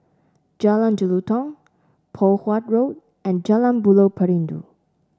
Jalan Jelutong Poh Huat Road and Jalan Buloh Perindu